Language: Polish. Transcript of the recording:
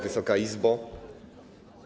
Wysoka Izbo!